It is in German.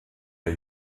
der